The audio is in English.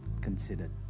considered